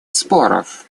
споров